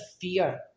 fear